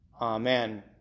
Amen